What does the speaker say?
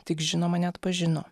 tik žinoma neatpažino